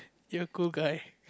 you're a cool guy